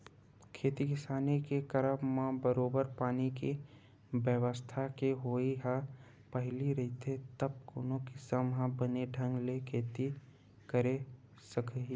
खेती किसानी के करब म बरोबर पानी के बेवस्था के होवई ह पहिली रहिथे तब कोनो किसान ह बने ढंग ले खेती करे सकही